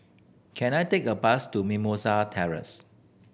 can I take a bus to Mimosa Terrace